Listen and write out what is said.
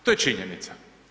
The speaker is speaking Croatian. To je činjenica.